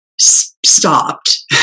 stopped